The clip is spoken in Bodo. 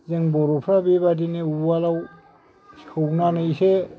जों बर'फ्रा बेबादिनो उवालआव सौनानैसो